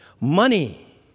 Money